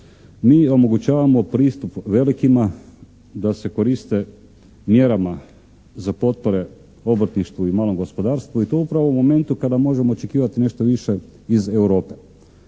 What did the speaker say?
Mi omogućavamo pristup velikima da se koriste mjerama za potpore obrtništvu i malom gospodarstvu i to upravo u momentu kada možemo očekivati nešto više iz Europe.